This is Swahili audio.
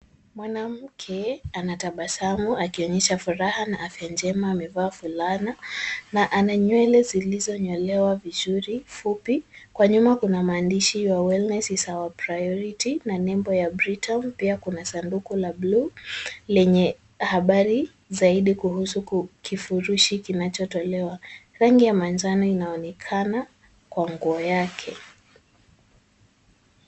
Mwanamke anatabasamu akionyesha furaha na afya njema ambavyo fulana na ananywele zilizonyoelewa vizuri fupi, kwa nyuma kuna maandishi ya Wellness is our priority, na nembo ya Britain pia kuna sanduku la bluu lenye habari zaidi kuhusu kifurushi kinachotolewa. Rangi ya manjano inaonekana kwa nguo yake.